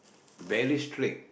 very strict